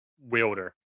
wielder